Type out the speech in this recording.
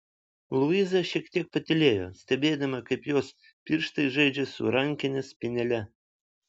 luiza šiek tiek patylėjo stebėdama kaip jos pirštai žaidžia su rankinės spynele